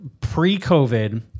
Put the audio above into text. pre-COVID